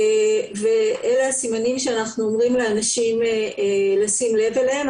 אלה הסימנים שאנחנו אומרים לאנשים לשים לב אליהם.